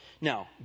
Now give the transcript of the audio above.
Now